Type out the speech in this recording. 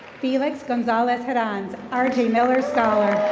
felix gonzalez herans, r j miller scholar.